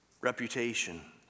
reputation